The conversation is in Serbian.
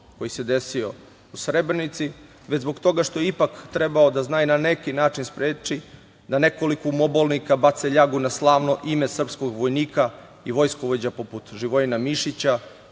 koji se desio u Srebrenici, već zbog toga što je ipak trebao da zna i na neki način spreči da nekoliko umobolnika bace ljagu na slavno ime srpskog vojnika i vojskovođa poput Živojina Mišića,